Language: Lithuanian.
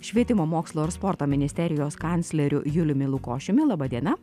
švietimo mokslo ir sporto ministerijos kancleriu juliumi lukošiumi laba diena